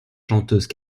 chanteuse